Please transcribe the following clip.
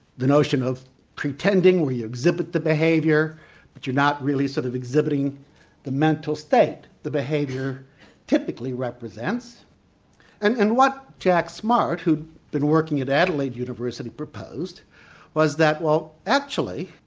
the notion of pretending where you exhibit the behaviour but you're not really sort of exhibiting the mental state, the behaviour typically represents and what jack smart, who'd been working at adelaide university proposed was that, well actually,